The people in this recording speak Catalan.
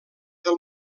del